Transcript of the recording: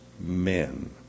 men